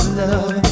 love